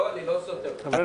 לא, אני לא סותר את עצמי.